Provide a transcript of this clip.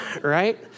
right